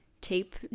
tape